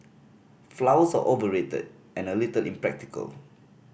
flowers are overrated and a little impractical